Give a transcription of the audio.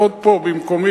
אי-אפשר שיעמוד פה במקומי,